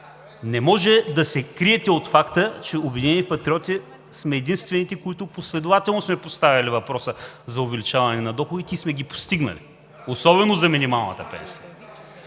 Не може да се криете от факта, че „Обединени патриоти“ сме единствените, които последователно сме поставяли въпроса за увеличаване на доходите, и сме ги постигнали, особено за минималната пенсия.